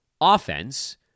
offense